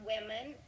women